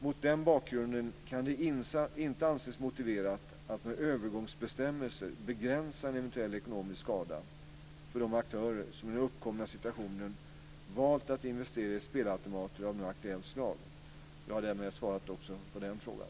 Mot den bakgrunden kan det inte anses motiverat att med övergångsbestämmelser begränsa en eventuell ekonomisk skada för de aktörer som i den uppkomna situationen valt att investera i spelautomater av nu aktuellt slag. Jag har därmed svarat också på den frågan.